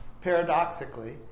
paradoxically